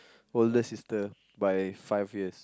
older sister by five years